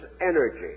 energy